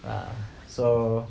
ya so